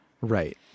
Right